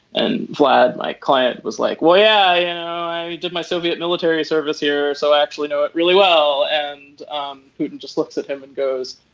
and vlad my client was like why yeah and did my soviet military service here. so actually know it really well and putin just looks at him and goes.